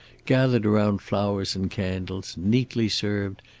gathered around flowers and candles neatly served,